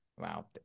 Wow